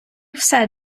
все